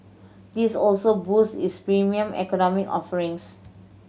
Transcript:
this also boost its Premium Economy offerings